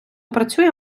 працює